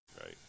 right